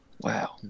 Wow